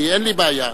ואין לי בעיה.